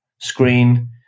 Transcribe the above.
screen